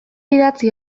idatzi